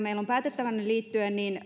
meillä on päätettävänä